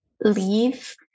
leave